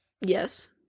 Yes